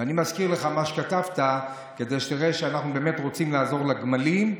ואני מזכיר לך מה שכתבת כדי שתראה שאנחנו באמת רוצים לעזור לגמלים.